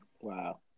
Wow